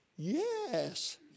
Yes